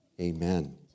Amen